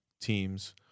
teams